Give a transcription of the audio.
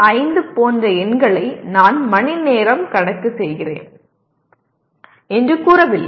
5 போன்ற எண்களை நான் 3 மணி நேரம் செய்கிறேன் என்று கூறவில்லை